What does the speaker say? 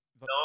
No